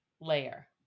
layer